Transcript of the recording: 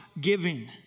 giving